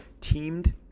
teamed